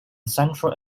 central